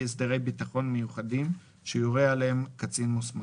הסדרי ביטחון מיוחדים שיורה עליהם קצין מוסמך.